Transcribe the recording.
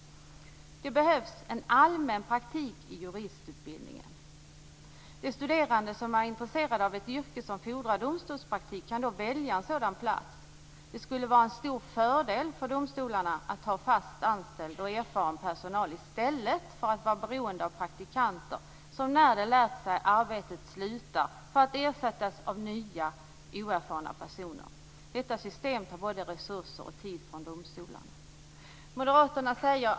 Det behövs en allmän praktik i juristutbildningen. De studerande som är intresserade av ett yrke som fordrar domstolspraktik kan då välja en sådan plats. Det skulle vara en stor fördel för domstolarna att ha fast anställd och erfaren personal i stället för att vara beroende av praktikanter som när de lärt sig arbetet slutar för att ersättas av nya oerfarna personer. Detta system tar både resurser och tid från domstolarna.